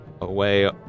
away